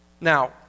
Now